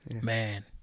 man